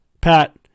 Pat